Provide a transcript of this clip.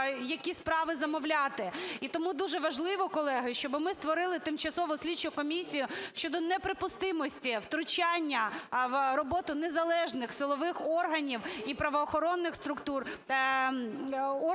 які справи замовляти. І тому дуже важливо, колеги, щоб ми створили тимчасову слідчу комісію щодо неприпустимості втручання в роботу незалежних силових органів і правоохоронних структур